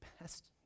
best